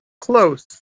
close